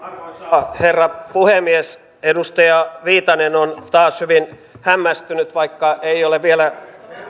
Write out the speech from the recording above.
arvoisa herra puhemies edustaja viitanen on taas hyvin hämmästynyt vaikka ei ole vielä